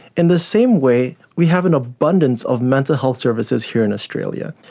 in the same way we have an abundance of mental health services here in australia,